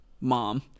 mom